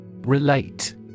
Relate